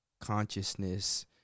consciousness